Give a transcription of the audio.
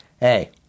hey